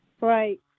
Right